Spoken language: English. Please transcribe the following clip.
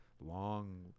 long